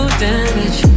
damage